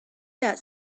that